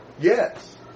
Yes